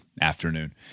afternoon